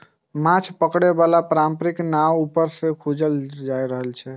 माछ पकड़े बला पारंपरिक नाव ऊपर सं खुजल रहै छै